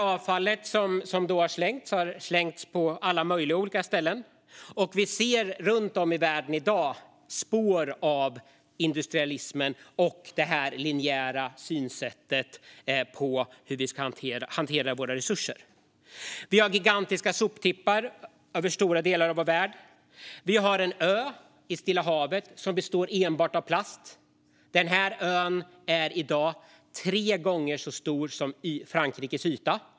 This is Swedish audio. Avfallet har slängts på alla möjliga ställen, och vi ser runt om i världen i dag spår av industrialismen och det linjära synsättet på hur vi ska hantera våra resurser. Det finns gigantiska soptippar över stora delar av vår värld. Det finns en ö i Stilla havet som består av enbart plast. Den ön är i dag tre gånger så stor som Frankrikes yta.